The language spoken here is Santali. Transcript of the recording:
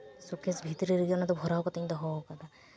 ᱥᱩᱠᱮᱥ ᱵᱷᱤᱛᱨᱤ ᱨᱮᱜᱮ ᱚᱱᱟ ᱫᱚ ᱵᱷᱚᱨᱟᱣ ᱠᱟᱛᱮᱧ ᱫᱚᱦᱚ ᱟᱠᱟᱫᱟ